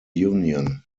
union